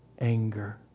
anger